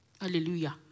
hallelujah